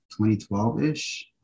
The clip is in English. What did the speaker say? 2012-ish